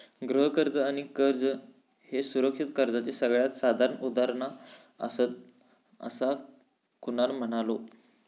गृह कर्ज आणि कर कर्ज ह्ये सुरक्षित कर्जाचे सगळ्यात साधारण उदाहरणा आसात, असा कुणाल म्हणालो